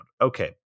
okay